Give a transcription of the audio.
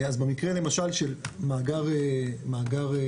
במקרה למשל של מאגר לוויתן